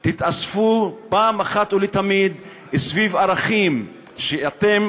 תתאספו פעם אחת ולתמיד סביב ערכים שאתם